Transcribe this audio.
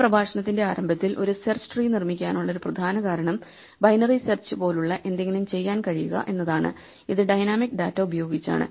ഈ പ്രഭാഷണത്തിന്റെ ആരംഭത്തിൽ ഒരു സെർച്ച് ട്രീ നിർമ്മിക്കാനുള്ള ഒരു പ്രധാന കാരണം ബൈനറി സെർച്ച് പോലുള്ള എന്തെങ്കിലും ചെയ്യാൻ കഴിയുക എന്നതാണ് ഇത് ഡൈനാമിക് ഡാറ്റ ഉപയോഗിച്ചാണ്